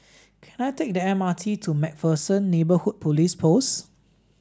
can I take the M R T to MacPherson Neighbourhood Police Post